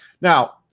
Now